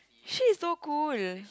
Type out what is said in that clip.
she is so cool